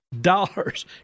dollars